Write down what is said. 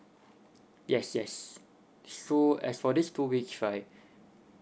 yes yes so as for this two weeks right